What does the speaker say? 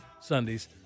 Sundays